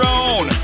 own